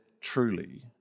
truly